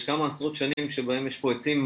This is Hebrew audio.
יש כמה עשרות שנים שבהם יש פה עצים,